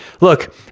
look